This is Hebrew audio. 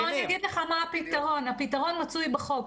בוא אגיד לך מה הפתרון: הפתרון מצוי בחוק.